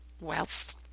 wealth